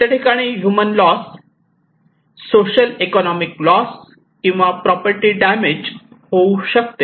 त्या ठिकाणी human loss social economic loss किंवा प्रॉपर्टी डॅमेज होऊ शकते